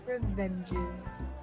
revenges